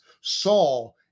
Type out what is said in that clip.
Saul